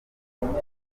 yarishe